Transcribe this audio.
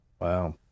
Wow